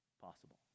possible